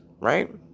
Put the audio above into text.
right